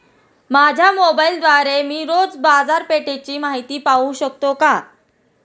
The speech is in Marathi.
माझ्या मोबाइलद्वारे मी रोज बाजारपेठेची माहिती पाहू शकतो का?